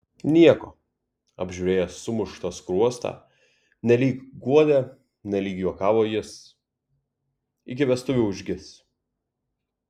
nieko apžiūrėjęs sumuštą skruostą nelyg guodė nelyg juokavo jis iki vestuvių užgis